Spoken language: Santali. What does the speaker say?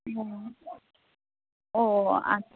ᱚ ᱚ ᱟᱪᱪᱷᱟ ᱟᱪᱪᱷᱟ